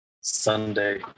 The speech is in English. Sunday